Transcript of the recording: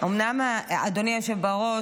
אדוני היושב בראש,